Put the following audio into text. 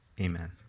Amen